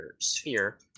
sphere